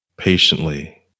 Patiently